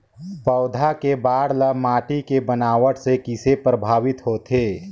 पौधा के बाढ़ ल माटी के बनावट से किसे प्रभावित होथे?